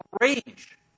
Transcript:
rage